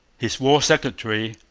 his war secretary,